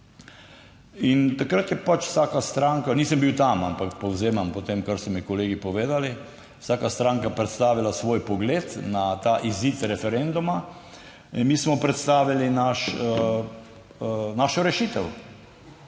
In takrat je pač vsaka stranka, nisem bil tam, ampak povzemam po tem, kar so mi kolegi povedali, vsaka stranka predstavila svoj pogled na ta izid referenduma. Mi smo predstavili naš, našo rešitev.